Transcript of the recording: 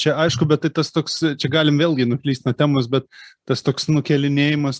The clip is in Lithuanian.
čia aišku bet tai tas toks čia galim vėlgi nuklyst nuo temos be tas toks nukėlinėjamas